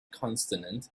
consonant